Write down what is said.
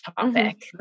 topic